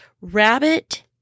Rabbit